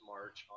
March